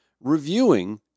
reviewing